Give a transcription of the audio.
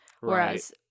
Whereas